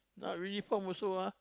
not really firm also ah